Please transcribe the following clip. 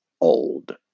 old